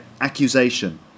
accusation